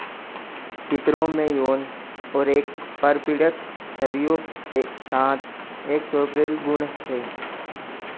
चित्रों में यौन और परपीड़क छवियों के साथ एक स्वप्निल गुण है